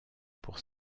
pour